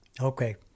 okay